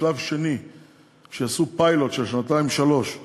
בשלב השני שיעשו פיילוט של שנתיים-שלוש,